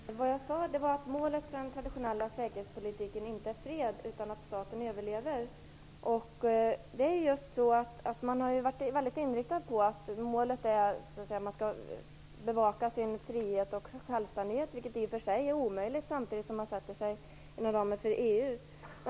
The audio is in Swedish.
Fru talman! Vad jag sade var att målet för den traditionella säkerhetspolitiken inte är fred utan att staten överlever. Man har varit väldigt inriktad på att målet är att man skall bevaka sin frihet och självständighet, vilket i och för sig är omöjligt att göra samtidigt som man sätter sig inom ramen för EU.